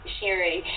Sherry